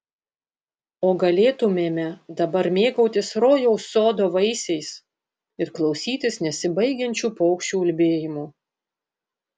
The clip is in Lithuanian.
o galėtumėme dabar mėgautis rojaus sodo vaisiais ir klausytis nesibaigiančių paukščių ulbėjimų